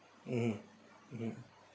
mmhmm mm